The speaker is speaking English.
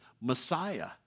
Messiah